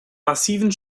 massiven